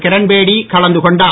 கிரண்பேடி கலந்து கொண்டார்